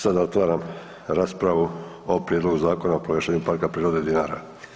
Sada otvaram raspravu o prijedlogu Zakona o proglašenju Parka prirode Dinara.